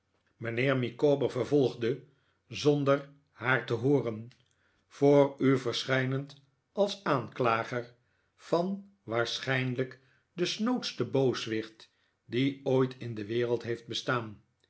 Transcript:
mijnheer micawber vervolgde zonder haar te hooren voor u verschijnend als aanklager van waarschijnlijk den snoodsten booswicht die ooit in de wereld heeft bestaan